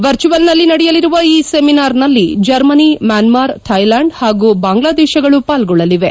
ವರ್ಚುವಲ್ನಲ್ಲಿ ನಡೆಯಲಿರುವ ಈ ಸೆಮಿನಾರ್ನಲ್ಲಿ ಜರ್ಮನಿ ಮ್ಯಾನ್ಮಾರ್ ಥೈಲ್ಕಾಂಡ್ ಹಾಗೂ ಬಾಂಗ್ಲಾದೇಶಗಳು ಪಾಲ್ಗೊಳ್ಳಲಿವೆ